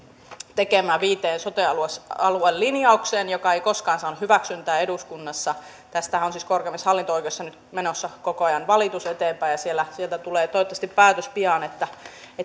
tekemään viiden sote alueen alueen linjaukseen joka ei koskaan saanut hyväksyntää eduskunnassa tästähän on siis korkeimmassa hallinto oikeudessa nyt menossa koko ajan valitus eteenpäin ja sieltä tulee toivottavasti pian päätös siitä